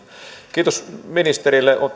kiitos ministerille